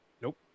Nope